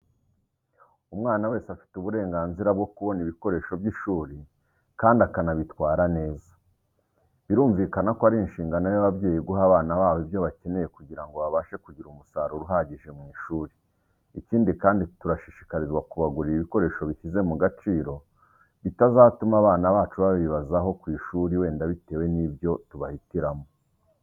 Umwana wese afite uburenganzira wo kubona ibikoresho by'ishuri kandi akanabitwara neza. Birumvikana ko ari inshingano y'ababyeyi guha abana babo ibyo bakenera kugira ngo babashe kugira umusaruro uhagije mu ishuri. Ikindi kandi, turashishikarizwa kubagurira ibikoresho bishyize mu gaciro bitazatuma abana bacu babibazaho ku ishuri, wenda bitewe n'ibyo tubahitiramo.